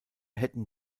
hätten